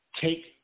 take